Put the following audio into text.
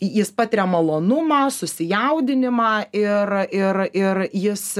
jis patiria malonumą susijaudinimą ir ir ir jis